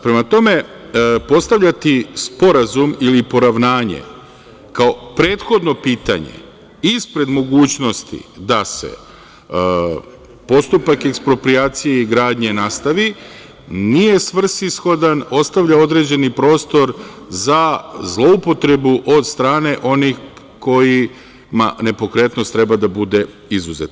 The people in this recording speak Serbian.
Prema tome, postavljati sporazum ili poravnanje kao prethodno pitanje ispred mogućnosti da se postupak eksproprijacije i izgradnje nastavi, nije svrsishodan, ostavlja određeni prostor za zloupotrebu od strane onih kojima nepokretnost treba da bude izuzeta.